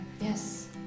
Yes